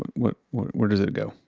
but where does it go?